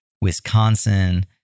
Wisconsin